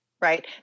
right